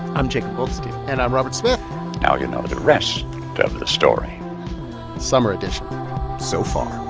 i'm jacob goldstein and i'm robert smith now you know the rest of the story summer edition so far